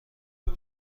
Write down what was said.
کنم